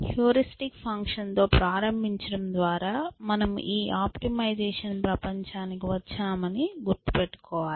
heuristic ఫంక్షన్తో ప్రారంభించడం ద్వారా మనము ఈ ఆప్టిమైజేషన్ ప్రపంచానికి వచ్చామని గుర్తుంచుకోవాలి